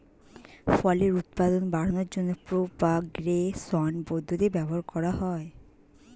ফলের উৎপাদন বাড়ানোর জন্য প্রোপাগেশন পদ্ধতি ব্যবহার করা হয়